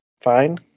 fine